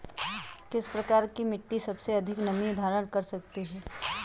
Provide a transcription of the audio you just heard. किस प्रकार की मिट्टी सबसे अधिक नमी धारण कर सकती है?